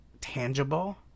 tangible